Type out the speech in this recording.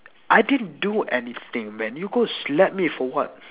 I didn't do anything man you go slap me for what